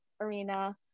arena